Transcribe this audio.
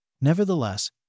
Nevertheless